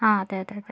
ആ അതെ അതെ അതെ